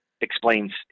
explains